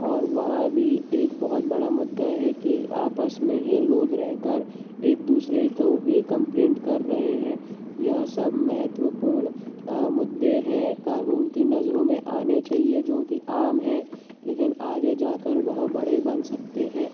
और वह भी एक बहुत बड़ा मुद्दा है कि आपस मे ही लोग रह कर एक दूसरे को ही कम्प्लेन्ड कर रहे हैं यह सब महत्वपूर्ण मुद्दे हैं कानून की नजरों में आने चाहिए जो कि आम है लेकिन आगे जाकर वह बड़े बन सकते हैं